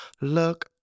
Look